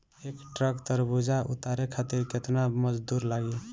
एक ट्रक तरबूजा उतारे खातीर कितना मजदुर लागी?